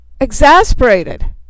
Exasperated